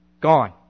Gone